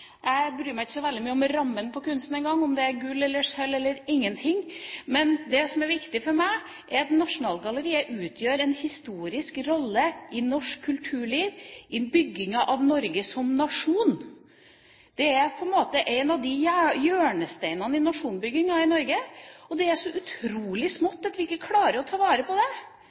Jeg bryr meg ikke så veldig mye om rammen på kunsten engang – om det er gull eller sølv eller ingenting! Det som er viktig for meg, er at Nasjonalgalleriet har en historisk rolle i norsk kulturliv, i byggingen av Norge som nasjon. Det er på en måte en av hjørnesteinene i nasjonsbyggingen av Norge. Og det er så utrolig smått at vi ikke klarer å ta vare på det.